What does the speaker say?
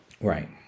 Right